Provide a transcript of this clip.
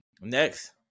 Next